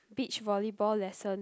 beach volleyball lesson